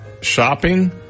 Shopping